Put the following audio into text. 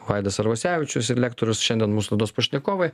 vaidas arvasevičius ir lektorius šiandien mūsų laidos pašnekovai